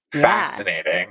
Fascinating